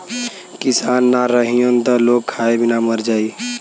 किसान ना रहीहन त लोग खाए बिना मर जाई